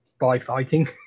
by-fighting